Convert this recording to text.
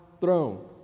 throne